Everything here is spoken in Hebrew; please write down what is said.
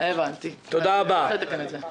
הבנתי, אז צריך לתקן את זה.